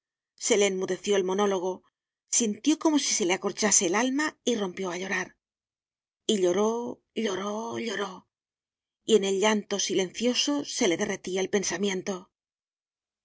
se le enmudeció el monólogo sintió como si se le acorchase el alma y rompió a llorar y lloró lloró lloró y en el llanto silencioso se le derretía el pensamiento